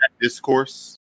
discourse